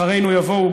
אחרינו יבואו,